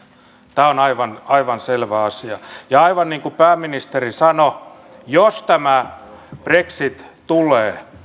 tämä on aivan aivan selvä asia ja aivan niin kuin pääministeri sanoi jos tämä brexit tulee